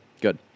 good